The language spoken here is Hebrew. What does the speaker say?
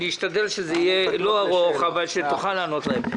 אשתדל שזה יהיה לא ארוך אבל שתוכל לענות להם.